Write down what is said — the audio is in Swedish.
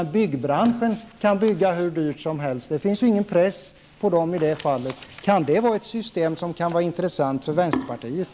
Byggbranschen kan bygga hur dyrt som helst, och det finns i detta fall ingen press på dem. Är det ett system som kan vara intressant för vänsterpartiet?